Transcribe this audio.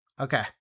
Okay